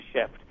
shift